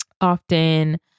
often